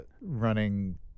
running